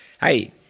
Hey